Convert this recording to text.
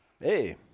hey